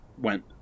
went